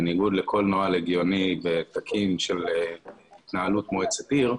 בניגוד לכל נוהל הגיוני ותקין של התנהלות מועצת עיר,